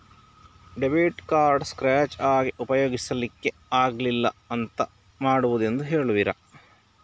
Debit card scratch ಆಗಿ ಉಪಯೋಗಿಸಲ್ಲಿಕ್ಕೆ ಆಗ್ತಿಲ್ಲ, ಎಂತ ಮಾಡುದೆಂದು ಹೇಳುವಿರಾ?